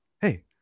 hey